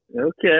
Okay